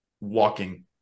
walking